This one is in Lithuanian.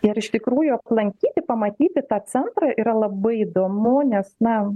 ir iš tikrųjų aplankyti pamatyti tą centrą yra labai įdomu nes na